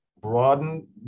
broaden